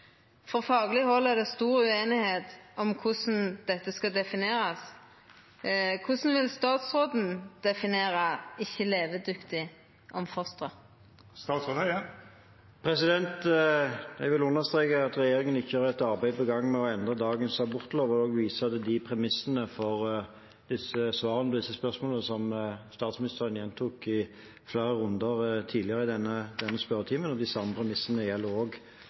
faglig hold er det stor uenighet om hvordan det skal defineres. Hvordan definerer statsråden «ikke levedyktig» om foster?» Jeg vil understreke at regjeringen ikke har et arbeid på gang med å endre dagens abortlov, og også vise til de premissene for svarene på disse spørsmålene som statsministeren gjentok i flere runder tidligere i denne spørretimen. De samme premissene gjelder